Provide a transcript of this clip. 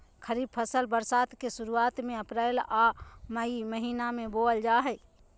खरीफ फसल बरसात के शुरुआत में अप्रैल आ मई महीना में बोअल जा हइ